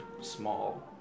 small